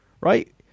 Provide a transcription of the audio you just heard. right